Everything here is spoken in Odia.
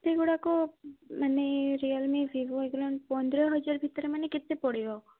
ସେଇଗୁଡ଼ାକ ମାନେ ରିଏଲମି ଭିବୋ ଏଇଗୁଡ଼ା ପନ୍ଦର ହଜାର ଭିତରେ ମାନେ କେତେ ପଡ଼ିବ